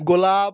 গোলাপ